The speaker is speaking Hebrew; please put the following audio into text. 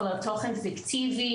כולל תוכן פיקטיבי,